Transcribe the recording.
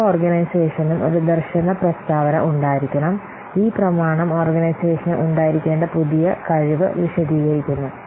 ഓരോ ഓർഗനൈസേഷനും ഒരു ദർശന പ്രസ്താവന ഉണ്ടായിരിക്കണം ഈ പ്രമാണം ഓർഗനൈസേഷന് ഉണ്ടായിരിക്കേണ്ട പുതിയ കഴിവ് വിശദീകരിക്കുന്നു